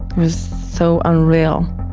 was so unreal.